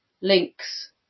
links